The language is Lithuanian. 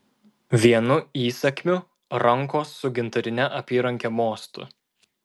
vienu įsakmiu rankos su gintarine apyranke mostu